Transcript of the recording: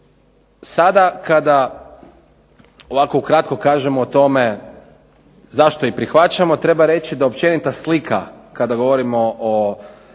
Sada kada ovako ukratko kažemo o tome zašto i prihvaćamo treba reći da općenita slika kada govorimo o